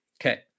Okay